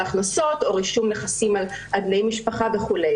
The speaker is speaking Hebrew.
הכנסות או רישום נכסים על בני משפחה וכו'.